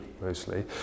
mostly